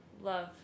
love